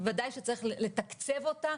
ובוודאי שצריך לתקצב אותה,